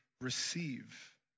receive